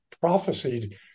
prophesied